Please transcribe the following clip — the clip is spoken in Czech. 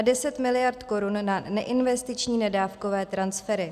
10 mld. korun na neinvestiční nedávkové transfery.